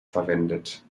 verwendet